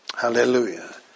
Hallelujah